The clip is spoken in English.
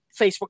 facebook